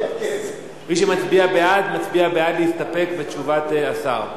מי שמצביע בעד, מצביע בעד להסתפק בתשובת השר.